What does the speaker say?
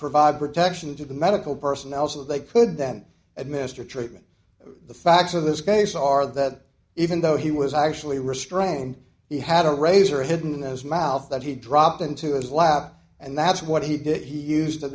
provide protection to the medical personnel so they could then administer treatment but the facts of this case are that even though he was actually restrained he had a razor hidden as mouth that he dropped into his lap and that's what he did he used to